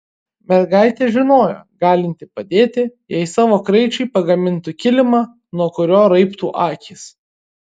mergaitė žinojo galinti padėti jei savo kraičiui pagamintų kilimą nuo kurio raibtų akys